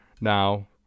now